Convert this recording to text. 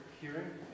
hearing